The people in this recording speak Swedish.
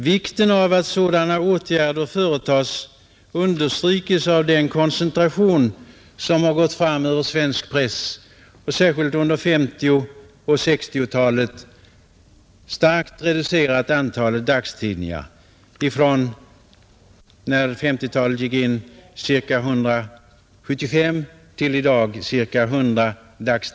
Vikten av att sådana åtgärder vidtas understrykes av den koncentration som har gått fram över svensk press särskilt under 1950 och 1960-talen och starkt reducerat antalet dagstidningar, från ca 175 till ca 100 i dag.